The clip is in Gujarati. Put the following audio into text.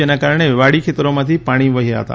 જેના કારણે વાડી ખેતરોમાથી પાણી વહ્યાં હતા